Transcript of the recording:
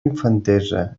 infantesa